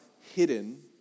hidden